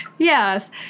Yes